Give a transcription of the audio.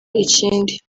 ikindi